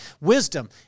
wisdom